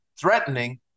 threatening